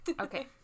Okay